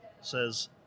says